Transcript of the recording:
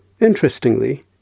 Interestingly